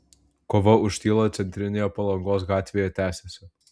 kova už tylą centrinėje palangos gatvėje tęsiasi